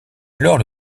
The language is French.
alors